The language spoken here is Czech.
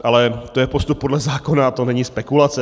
Ale to je postup podle zákona, to není spekulace.